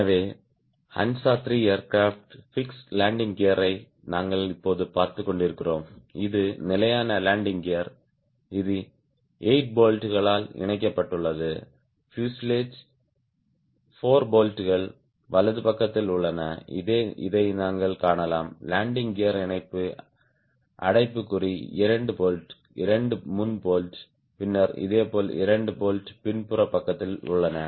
எனவே Hansa 3 aircraft fix landing கியரை நாங்கள் இப்போது பார்த்துக் கொண்டிருக்கிறோம் இது நிலையான லேண்டிங் கியர் இது 8 போல்ட்களால் இணைக்கப்பட்டுள்ளது பியூசேலாஜ் 4 போல்ட்கள் வலது பக்கத்தில் உள்ளன இதை நீங்கள் காணலாம் லேண்டிங் கியர் இணைப்பு அடைப்புக்குறி இரண்டு போல்ட் இரண்டு முன் போல்ட் பின்னர் இதேபோல் இரண்டு போல்ட் பின்புற பக்கத்திலும் உள்ளன